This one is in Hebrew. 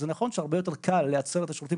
זה נכון שהרבה יותר קל לייצר את השירותים